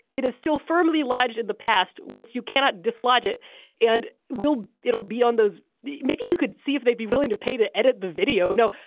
it is still firmly lodged in the past. once you cannot dislodge it and will it'll be on those. maybe you could see if they'd be willing to pay to edit the video? no,